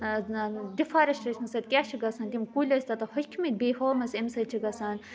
ڈِفارٮسٹریشنہٕ سۭتۍ کیٛاہ چھِ گژھان تِم کُلۍ ٲسۍ تَتھ ہوٚکھ مٕتۍ بیٚیہِ ہومَس اَمہِ سۭتۍ چھِ گژھان